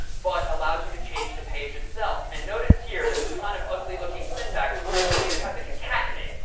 but allows you to change the page itself. and notice here this is kind of ugly-looking syntax. you don't even have to concatenate.